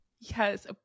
Yes